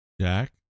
Jack